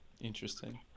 Interesting